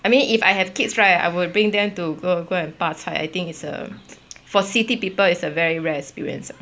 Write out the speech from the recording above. I mean if I have kids right I would bring them to go go and 拔菜 I think it's a for city people is a very rare experience